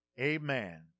Amen